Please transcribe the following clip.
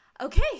Okay